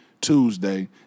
Tuesday